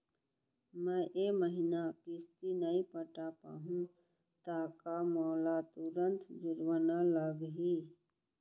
मैं ए महीना किस्ती नई पटा पाहू त का मोला तुरंत जुर्माना लागही?